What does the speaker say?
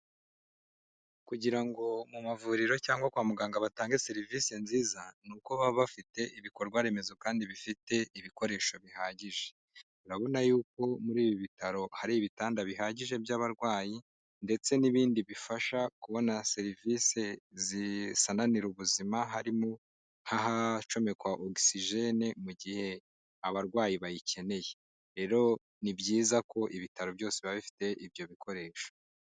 Kugira ngo mu mavuriro cyangwa kwa muganga batange serivisi nziza, ni uko baba bafite ibikorwa remezo kandi bifite ibikoresho bihagije, urabona yuko muri ibi bitaro hari ibitanda bihagije by'abarwayi ndetse n'ibindi bifasha kubona serivisi zisananira ubuzima, harimo nk'ahacomekwa ogusijene mu gihe abarwayi bayikeneye, rero ni byiza ko ibitaro byose biba bifite ibyo bikoresho.